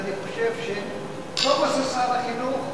ואני חושב שטוב עושה שר החינוך,